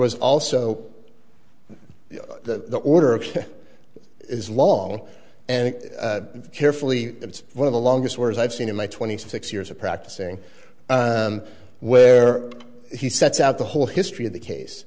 was also the order is long and carefully it's one of the longest wars i've seen in my twenty six years of practicing where he sets out the whole history of the case